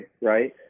Right